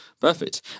Perfect